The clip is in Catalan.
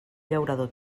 llaurador